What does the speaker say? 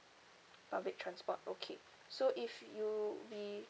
public transport okay so if you'll be